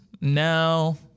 No